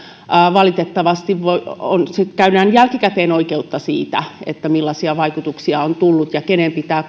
valitettavasti käydään sitten jälkikäteen oikeutta siitä millaisia vaikutuksia on tullut ja kenen pitää